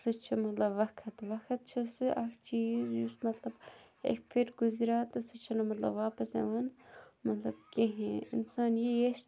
سُہ چھِ مطلب وقت وقت چھِ سُہ اَکھ چیٖز یُس مطلب اَکہِ پھِرِ گُزریٛو تہٕ سُہ چھِنہٕ مطلب واپَس یِوان مطلب کِہیٖنۍ اِنسان یہِ ییٚژھِ